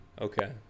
okay